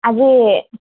ଆଜି